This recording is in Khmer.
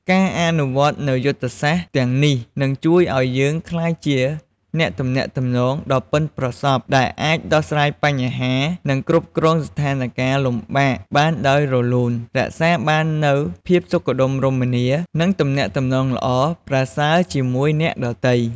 ការអនុវត្តន៍នូវយុទ្ធសាស្ត្រទាំងនេះ នឹងជួយឲ្យយើងក្លាយជាអ្នកទំនាក់ទំនងដ៏ប៉ិនប្រសប់ ដែលអាចដោះស្រាយបញ្ហា និងគ្រប់គ្រងស្ថានការណ៍លំបាកបានដោយរលូន រក្សាបាននូវភាពសុខដុមរមនា និងទំនាក់ទំនងល្អប្រសើរជាមួយអ្នកដទៃ។